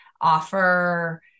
offer